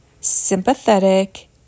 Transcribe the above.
sympathetic